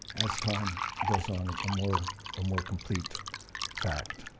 as time goes on, a more ah more complete fact.